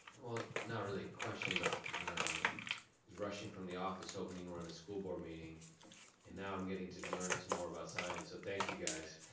well not really a question, but you know, i was rushing from the office hoping to run a school board meeting and now i'm getting to learn some more about science, so thank you guys.